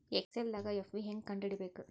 ಎಕ್ಸೆಲ್ದಾಗ್ ಎಫ್.ವಿ ಹೆಂಗ್ ಕಂಡ ಹಿಡಿಬೇಕ್